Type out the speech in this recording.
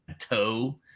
toe